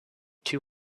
two